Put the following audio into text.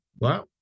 Wow